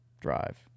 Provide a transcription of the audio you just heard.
drive